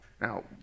Now